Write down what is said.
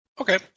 Okay